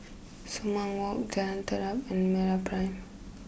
Sumang walk Jalan Terap and MeraPrime